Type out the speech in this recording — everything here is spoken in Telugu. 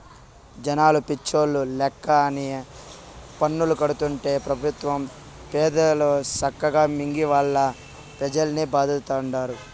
జనాలు పిచ్చోల్ల లెక్క అన్ని పన్నులూ కడతాంటే పెబుత్వ పెద్దలు సక్కగా మింగి మల్లా పెజల్నే బాధతండారు